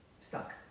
stuck